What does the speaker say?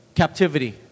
captivity